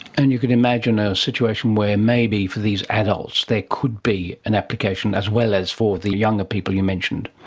and you could imagine a situation where maybe for these adults there could be an application as well as for the younger people you mentioned.